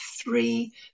three